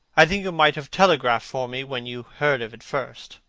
i think you might have telegraphed for me when you heard of it first.